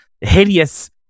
hideous